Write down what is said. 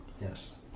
Yes